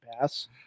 pass